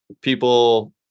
people